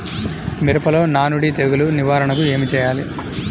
మిరపలో నానుడి తెగులు నివారణకు ఏమి చేయాలి?